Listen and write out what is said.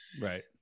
Right